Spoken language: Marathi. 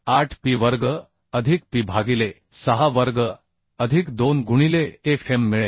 478P वर्ग अधिक P भागिले 6 वर्ग अधिक 2 गुणिले Fm मिळेल